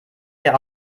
wir